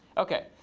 ok.